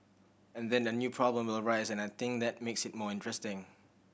and then a new problem will arise and I think that makes it more interesting